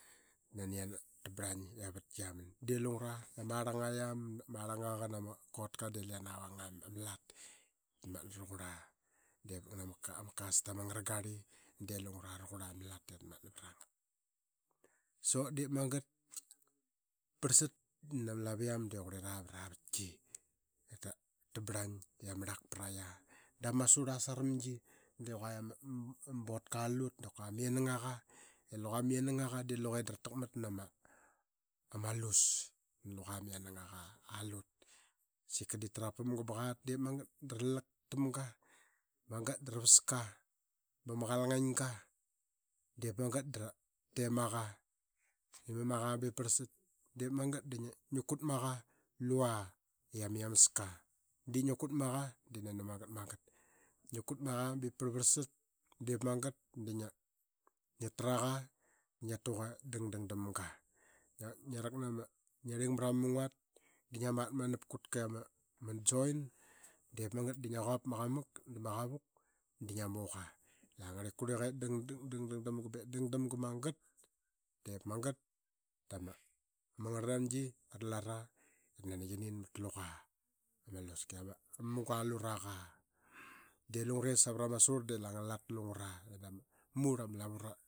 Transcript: Da nani kiana barlang. I ama vatki qiaman dii nagal lungura i ama arlangqa ngana. a kotka de liana vang aa ma lat i da ratmatna raqurla dii vat ngana ma custom angara garli de lungura raqarla malat i ratmatna vra ngat so diip magat parlsat da ma laviam dii qurlira vara vatki i ta bralaingi i ama rlak pra qia dama surl aa saramgi de qua ama botka lut dap kua ama yianangaqa. I luqa ma yianangaqa dii luqe da ra ratakmat nama ama lus na luqa ma yianangaqa alut. Sika dip tarapamga ba qatip magat da rarllak tamga magat da ra vaska ba ma qalangainga. Diip magat da remaqa, ta mimaqa ba ip parlsat. Diip magat da ngia kut ma qa i ama iameska dii ngi kutma qa dii nani magat. Magat ngi kut ma qa ba ip parlvarlsat. Diip magat da ngia ngiatraqa da ngia tuqa ip dangdang damga ba ip dang damga ba magat. Diip maga da ma angarl nangi ara lara ip nani qianin mat luqa ama aluska i ama maunga aluraqa. De lungure savrama surl de angara lat lungura i da murl ama lavu ra.